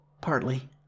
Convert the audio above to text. Partly